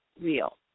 real